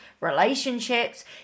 relationships